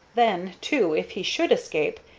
then, too, if he should escape,